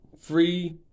free